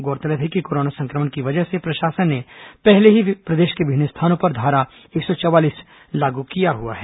गौरतलब है कि कोरोना संक्रमण की वजह से प्रशासन ने पहले ही प्रदेश के विभिन्न स्थानों पर धारा एक सौ चवालीस लागू किया हुआ है